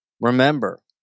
Remember